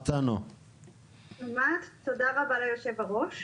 תודה רבה ליושב-הראש.